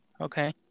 Okay